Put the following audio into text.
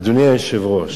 אדוני היושב-ראש,